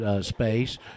Space